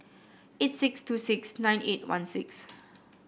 eight six two six nine eight one six